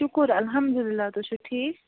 شُکُر الحمدُاللہ تُہۍ چھُو ٹھیٖک